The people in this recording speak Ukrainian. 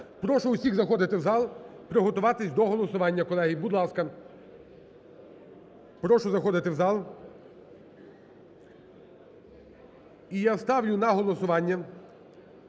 Прошу усіх заходи в зал, приготуватись до голосування, колеги, будь ласка. Прошу заходити в зал. І я ставлю на голосування